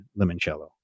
limoncello